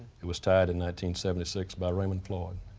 it was tied in nineteen seventy-six by raymond floyd.